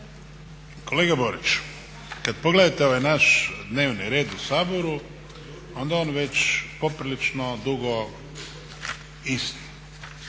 Kolega Borić, kad pogledate ovaj naš dnevni red u Saboru onda on već poprilično dugo isti.